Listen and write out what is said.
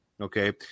okay